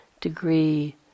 degree